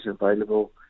available